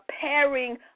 pairing